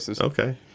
Okay